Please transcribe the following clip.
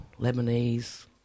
Lebanese